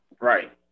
Right